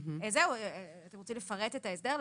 אתם רוצים לפרט את ההסדר?